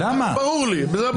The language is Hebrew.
זה ברור לי.